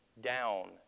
down